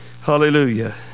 Hallelujah